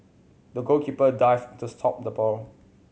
the goalkeeper dived to stop the ball